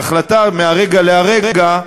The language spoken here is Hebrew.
בהחלטה מהרגע להרגע,